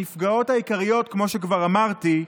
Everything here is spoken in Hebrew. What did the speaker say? הנפגעות העיקריות, כמו שכבר אמרתי,